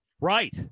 Right